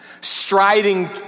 striding